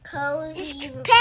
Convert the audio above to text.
Cozy